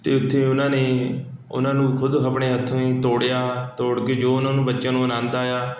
ਅਤੇ ਉੱਥੇ ਉਹਨਾਂ ਨੇ ਉਹਨਾਂ ਨੂੰ ਖੁਦ ਆਪਣੇ ਹੱਥੀਂ ਤੋੜਿਆ ਤੋੜ ਕੇ ਜੋ ਉਹਨਾਂ ਨੂੰ ਬੱਚਿਆਂ ਨੂੰ ਆਨੰਦ ਆਇਆ